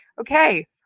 okay